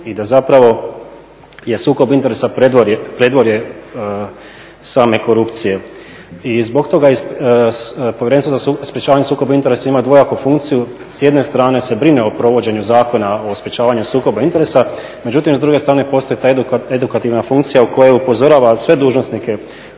i da zapravo je sukob interesa predvorje same korupcije. I zbog tog Povjerenstvo za sprječavanje sukoba interesa ima dvojaku funkciju, s jedne strane se brine o provođenju Zakona o sprječavanju sukoba interesa međutim s druge strane postoji ta edukativna funkcija koja upozorava sve dužnosnike